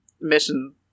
mission